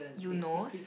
Eunos